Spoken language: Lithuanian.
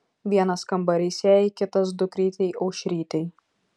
vienas kambarys jai kitas dukrytei aušrytei